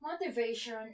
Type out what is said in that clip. motivation